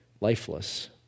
lifeless